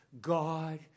God